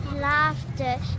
laughter